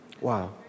Wow